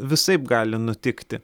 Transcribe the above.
visaip gali nutikti